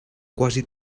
quasi